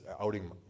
outing